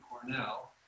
Cornell